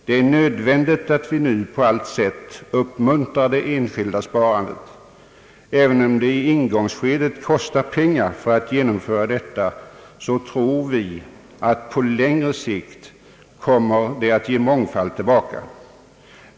Det är nödvändigt att vi nu på alla sätt uppmuntrar det enskilda sparandet. även om det i början kostar pengar att genomföra detta så tror vi att det på längre sikt kommer att löna sig.